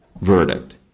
verdict